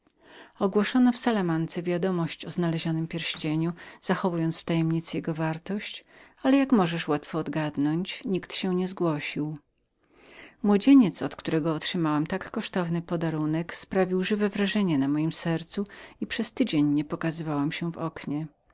ogłoszono w salamance uwiadomienie o znalezionym pierścieniu zachowano tajemnicę o jego wartości i jak możesz łatwo odgadnąć nikt się nie zgłosił młodzieniec od którego otrzymałam tak kosztowny podarunek sprawił żywe wrażenie na mojem sercu i przez ośm dni wcale nie pokazywałam się w oknie